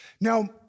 Now